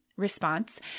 response